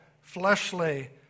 fleshly